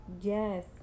Yes